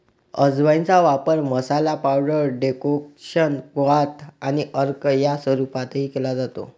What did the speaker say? अजवाइनचा वापर मसाला, पावडर, डेकोक्शन, क्वाथ आणि अर्क या स्वरूपातही केला जातो